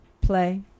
play